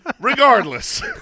regardless